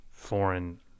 foreign